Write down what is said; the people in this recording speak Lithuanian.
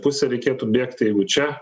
pusę reikėtų bėgti jeigu čia